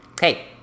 Hey